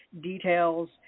details